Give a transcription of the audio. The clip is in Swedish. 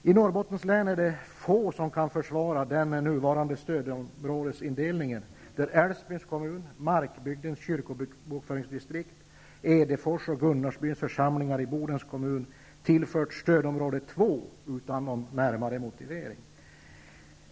I Norrbottens län är det få som kan försvara den nuvarande stödområdesindelningen, där Älvsbyns kommun, Markbygdens kyrkobokföringsdistrikt samt Edefors och Gunnarsbyns församlingar i Bodens kommun tillförts stödområde 2 utan närmare motivering.